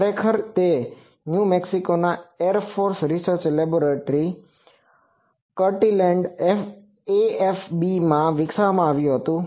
ખરેખર તે ન્યૂ મેક્સિકોના air force research laboratory Kirtland AFBમાં વિકસાવવામાં આવ્યું હતું